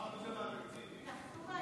תקציב.